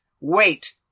Wait